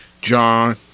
John